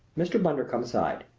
mr. bundercombe sighed.